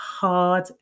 hard